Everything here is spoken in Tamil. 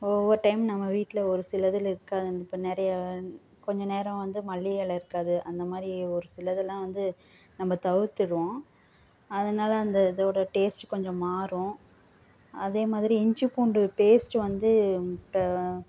ஓவ்வொரு டைம் நம்ம வீட்டில் ஒரு சில இதில் இருக்காது இப்போ நிறையா கொஞ்ச நேரம் வந்து மல்லி எலை இருக்காது அந்தமாதிரி ஒரு சிலதெல்லாம் வந்து நம்ம தவிர்த்திடுவோம் அதனால அந்த இதோட டேஸ்ட்டு கொஞ்சம் மாறும் அதேமாதிரி இஞ்சி பூண்டு டேஸ்ட்டு வந்து முட்டை